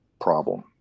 problem